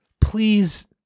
please